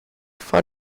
for